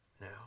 now